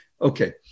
Okay